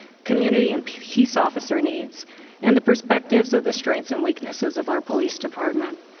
community and peace peace officer needs and the perspectives of the strengths and weaknesses of our police department.